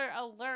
alert